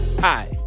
Hi